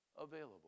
available